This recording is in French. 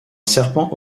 serpent